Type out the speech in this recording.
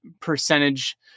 percentage